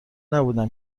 نبودم